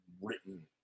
written